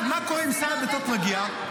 מה קורה אם שר הדתות מגיע,